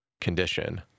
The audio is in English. condition